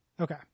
Okay